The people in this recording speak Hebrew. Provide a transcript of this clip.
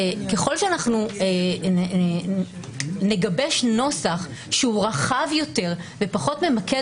ככל שאנחנו נגבש נוסח שהוא רחב יותר ופחות ממקד